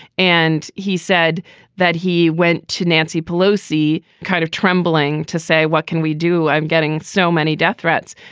and he said that he went to nancy pelosi kind of trembling to say, what can we do? i'm getting so many death threats.